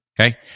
Okay